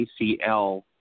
ACL